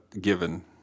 given